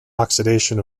oxidation